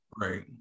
Right